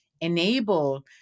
enable